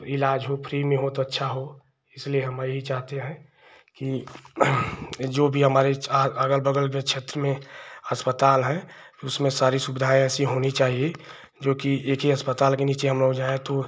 इलाज हो फ्री में हो तो अच्छा हो इसलिए हम यही चाहते हैं कि जो भी हमारे अगल बगल में क्षेत्र में अस्पताल हैं उनमें सारी सुविधाएँ ऐसी होनी चाहिए जोकि एक ही अस्पताल के नीचे हमलोग जाएँ तो